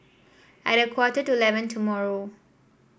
at a quarter to eleven tomorrow